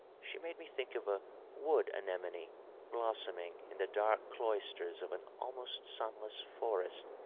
she made me think of a wood anemone blossoming in the dark cloisters of an almost sunless forest.